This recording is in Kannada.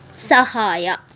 ಸಹಾಯ